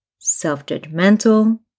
self-judgmental